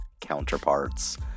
counterparts